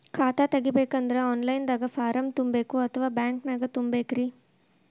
ಖಾತಾ ತೆಗಿಬೇಕಂದ್ರ online ದಾಗ ಫಾರಂ ತುಂಬೇಕೊ ಅಥವಾ ಬ್ಯಾಂಕನ್ಯಾಗ ತುಂಬ ಬೇಕ್ರಿ?